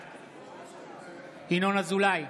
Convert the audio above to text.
בעד ינון אזולאי,